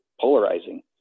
polarizing